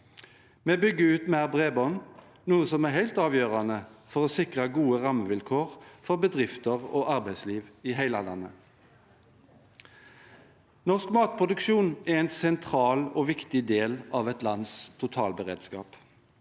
Vi bygger ut mer bredbånd, noe som er helt avgjørende for å sikre gode rammevilkår for bedrifter og arbeidsliv i hele landet. Norsk matproduksjon er en sentral og viktig del av et lands totalberedskap.